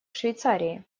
швейцарии